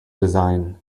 design